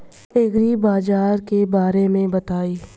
एग्रीबाजार के बारे में बताई?